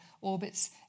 orbits